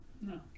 No